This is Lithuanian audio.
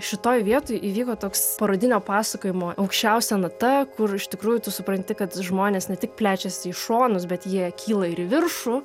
šitoj vietoj įvyko toks parodinio pasakojimo aukščiausia nata kur iš tikrųjų tu supranti kad žmonės ne tik plečiasi į šonus bet jie kyla ir į viršų